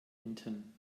enten